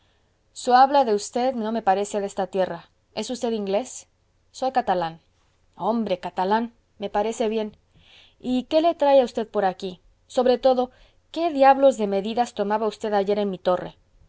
su habla de usted no me parece de esta tierra es usted inglés soy catalán hombre catalán me parece bien y qué le trae a usted por aquí sobre todo qué diablos de medidas tomaba usted ayer en mi torre